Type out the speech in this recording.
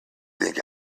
think